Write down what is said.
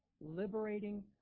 liberating